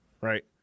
right